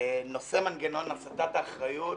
נושא מנגנון הסטת האחריות,